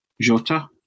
Jota